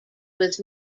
was